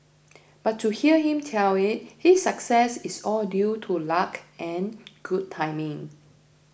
but to hear him tell it his success is all due to luck and good timing